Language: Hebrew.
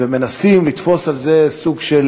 ומנסים לתפוס על זה סוג של,